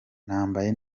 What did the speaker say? nambaye